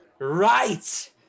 Right